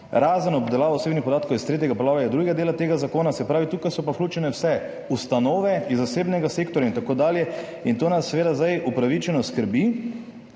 razen obdelav osebnih podatkov iz 3. poglavja 2. dela tega zakona«, se pravi, tukaj so pa vključene vse ustanove iz zasebnega sektorja in tako dalje. To nas seveda upravičeno skrbi,